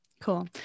Cool